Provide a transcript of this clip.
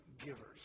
givers